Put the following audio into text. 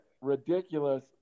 ridiculous